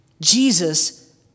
Jesus